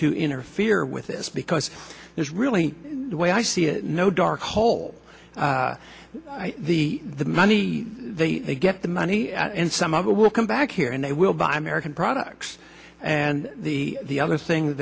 to interfere with this because it's really the way i see it no dark hole the the money they get the money and some of it will come back here and they will buy american products and the the other thing